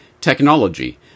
technology